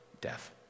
death